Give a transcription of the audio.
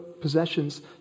possessions